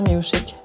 Music